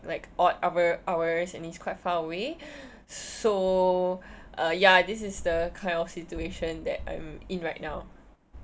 like odd hour hours and it's quite far away so uh ya this is the kind of situation that I'm in right now